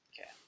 Okay